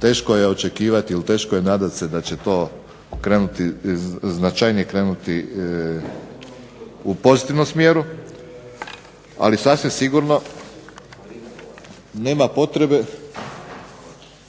teško je očekivati ili teško je nadati se da će to značajnije krenuti u pozitivnom smjeru, ali sasvim sigurno nema potrebe